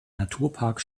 naturpark